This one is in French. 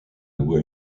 loi